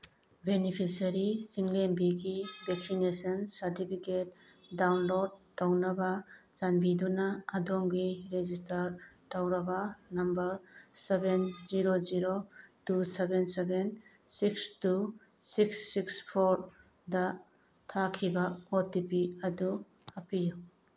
beneficiary ꯆꯤꯡꯂꯦꯝꯕꯤꯒꯤ vaccination certificate download ꯇꯧꯅꯕ ꯆꯥꯟꯕꯤꯗꯨꯅ ꯑꯗꯣꯝꯒꯤ ꯔꯦꯖꯤꯁꯇꯥꯔ ꯇꯧꯔꯕ number seven zero zero two seven seven six two six six ꯐꯣꯔꯗ ꯊꯥꯈꯤꯕ ꯑꯣ ꯇꯤ ꯄꯤ ꯑꯗꯨ ꯍꯥꯞꯄꯤꯌꯨ